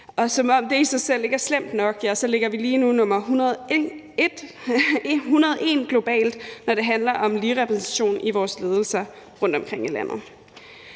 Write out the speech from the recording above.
som om det i sig selv ikke er slemt nok, ligger vi lige nu nummer 101 globalt, når det handler om lige repræsentation i vores ledelser rundtomkring i landet.